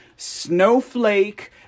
snowflake